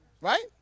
right